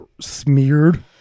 smeared